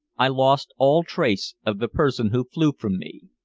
i lost all trace of the person who flew from me.